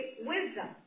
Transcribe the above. wisdom